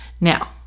now